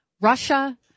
Russia